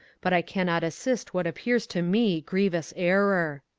but i cannot assist what appears to me griev ous error.